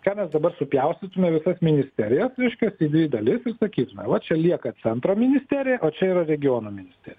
ką mes dabar supjaustytume visas ministerijas reiškias į dvi dalis ir sakytume va čia lieka centro ministerija o čia yra regiono ministerija